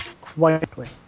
quietly